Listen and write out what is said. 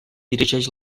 dirigeix